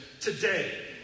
Today